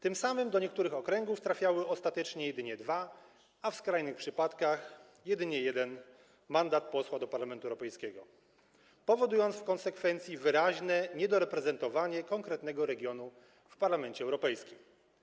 Tym samym do niektórych okręgów trafiały ostatecznie jedynie dwa mandaty, a w skrajnych przypadkach jedynie jeden mandat posła do Parlamentu Europejskiego, powodując w konsekwencji wyraźne niedoreprezentowanie konkretnego regionu w Parlamencie Europejskim.